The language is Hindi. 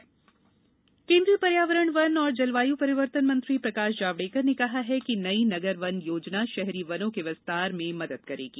अंतर्राष्ट्रीय वन दिवस केंद्रीय पर्यावरण वन और जलवायु परिवर्तन मंत्री प्रकाश जावड़ेकर ने कहा है कि नई नगर वन योजना शहरी वनों के विस्तार में मदद करेगी